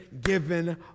given